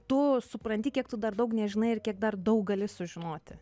tu supranti kiek tu dar daug nežinai ir kiek dar daug gali sužinoti